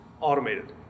automated